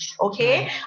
okay